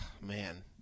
man